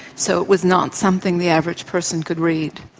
so it was not something the average person could read.